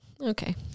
Okay